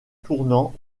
tournant